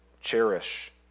cherish